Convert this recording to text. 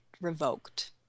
revoked